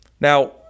Now